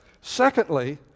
secondly